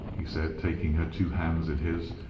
he said, taking her two hands in his,